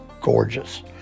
gorgeous